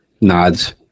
nods